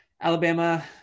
Alabama